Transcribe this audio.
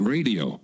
Radio